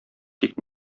тик